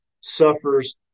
suffers